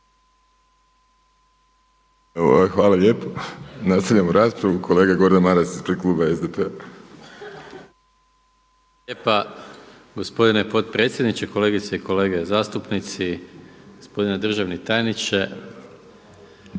Hvala lijepo. Nastavljamo raspravu. Kolega Gordan Maras ispred kluba SDP-a. **Maras, Gordan (SDP)** Hvala lijepa gospodine potpredsjedniče, kolegice i kolege zastupnici, gospodine državni tajniče.